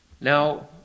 Now